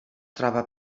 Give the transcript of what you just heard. troba